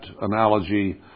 analogy